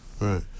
Right